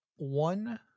one